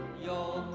your